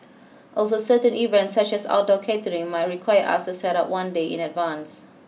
also certain events such as outdoor catering might require us to set up one day in advance